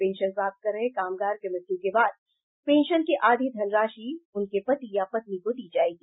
pension प्राप्त कर रहे कामगार की मृत्यू के बाद पेंशन की आधी धनराशि उनके पति या पत्नी को दी जाएगी